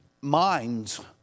minds